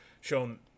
shown